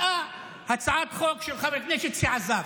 מצאתי הצעת חוק של חבר כנסת שעזב.